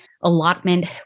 allotment